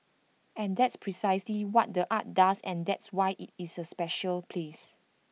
and that's precisely what the art does and that's why IT is A special place